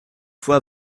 fois